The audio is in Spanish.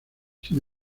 sin